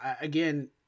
again